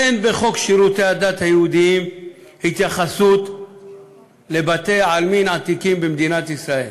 אין בחוק שירותי הדת היהודיים התייחסות לבתי-עלמין עתיקים במדינת ישראל.